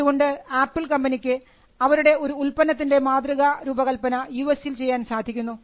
അതുകൊണ്ട് ആപ്പിൾ കമ്പനിക്ക് അവരുടെ ഒരു ഉത്പന്നത്തിൻറെ മാതൃകാരൂപകൽപന യുഎസിൽ ചെയ്യാൻ സാധിക്കുന്നു